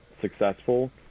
successful